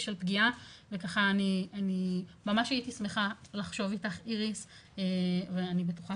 של פגיעה וממש הייתי שמחה לחשוב איתך איריס ואני בטוחה